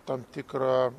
tam tikrą